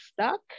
stuck